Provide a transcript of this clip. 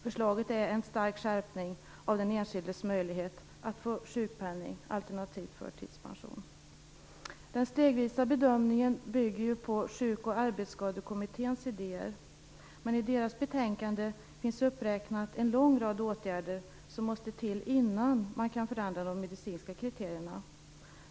Förslaget är en stark skärpning av den enskildes möjlighet att få sjukpenning alternativt förtidspension. Den stegvisa bedömningen bygger på Sjuk och arbetsskadekommitténs idéer. Men i deras betänkande finns uppräknat en lång rad åtgärder som måste till innan man kan förändra de medicinska kriterierna.